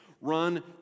Run